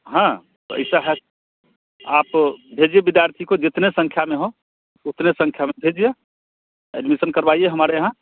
हाँ तो ऐसा है आप भेजिए विद्यार्थी काे जितने संख्या में हों उतने संख्या में भेजिए एडमीसन करवाइए हमारे यहाँ